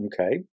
Okay